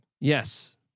Yes